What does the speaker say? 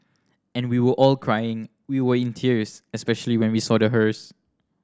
and we were all crying we were in tears especially when we saw the hearse